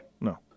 No